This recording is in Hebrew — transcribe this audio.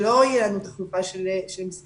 שלא תהיה לנו תחלופה של מסגרות.